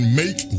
make